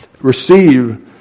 receive